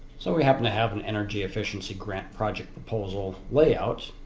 so we happen to have an energy efficiency grant project proposal layout.